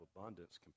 abundance